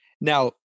Now